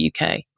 UK